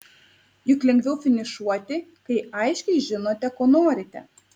juk lengviau finišuoti kai aiškiai žinote ko norite